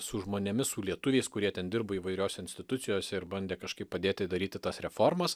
su žmonėmis su lietuviais kurie ten dirbo įvairiose institucijose ir bandė kažkaip padėti daryti tas reformas